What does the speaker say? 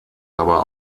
aber